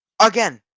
again